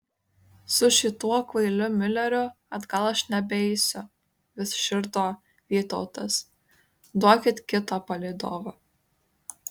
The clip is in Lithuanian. su šituo kvailiu miuleriu atgal aš nebeisiu vis širdo vytautas duokit kitą palydovą